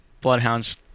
bloodhounds